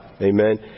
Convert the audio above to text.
Amen